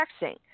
texting